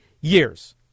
years